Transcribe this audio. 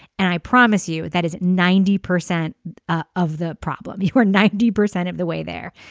and i promise you that is ninety percent ah of the problem. you are ninety percent of the way there.